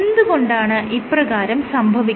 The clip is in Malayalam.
എന്ത് കൊണ്ടാണ് ഇപ്രകാരം സംഭവിക്കുന്നത്